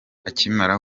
akimara